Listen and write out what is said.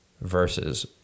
versus